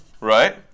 right